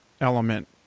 element